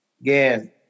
Again